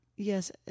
Yes